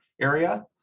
area